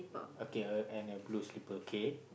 okay a and a blue slipper kay